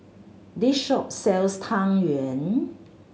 this shop sells Tang Yuen